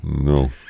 No